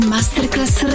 Masterclass